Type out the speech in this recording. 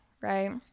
right